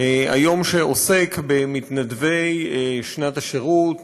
שעוסק במתנדבי שנת שירות